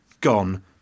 gone